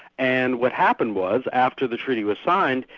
and what happened was, after the treaty was signed,